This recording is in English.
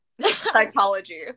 Psychology